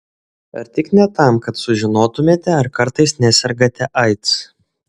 ar tik ne tam kad sužinotumėte ar kartais nesergate aids